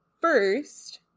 first